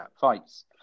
fights